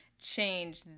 change